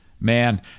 man